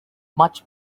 much